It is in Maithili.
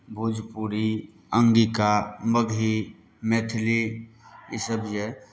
भोजपुरी अङ्गिका मगही मैथिली इसभ जे अइ